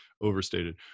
overstated